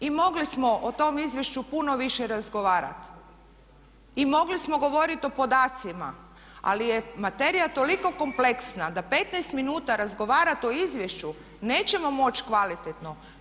I mogli smo o tom izvješću puno više razgovarati i mogli smo govoriti o podacima, ali je materija toliko kompleksna da 15 minuta razgovarati o izvješću nećemo kvalitetno.